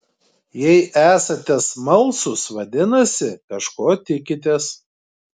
jei esate smalsūs vadinasi kažko tikitės